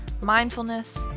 mindfulness